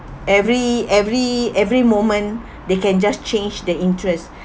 every every every moment they can just change the interest